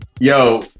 Yo